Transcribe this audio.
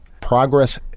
progress